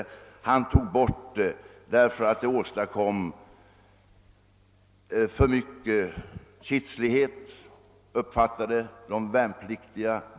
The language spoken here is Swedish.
Orsaken var att dessa föreskrifter förde med sig så mycket som av de värnpliktiga uppfattades som kitslighet.